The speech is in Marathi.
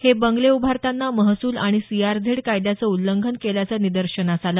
हे बंगले उभारताना महसूल आणि सीआरझेड कायद्याचं उल्लंघन केल्याचं निदर्शनास आलं